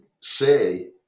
say